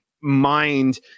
mind